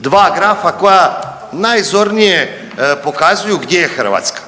dva grafa koja najzornije pokazuju gdje je Hrvatska.